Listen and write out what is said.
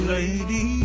Lady